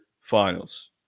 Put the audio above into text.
Finals